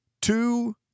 two